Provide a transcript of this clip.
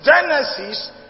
Genesis